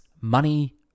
money